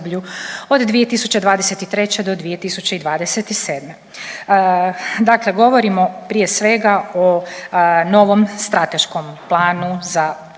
od 2023. do 2027. Dakle, govorimo prije svega o novom strateškom planu kao dokumentu